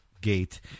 Gate